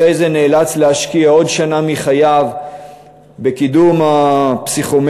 אחרי זה נאלץ להשקיע עוד שנה מחייו בקידום הפסיכומטרי,